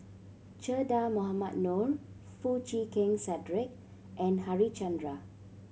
Che Dah Mohamed Noor Foo Chee Keng Cedric and Harichandra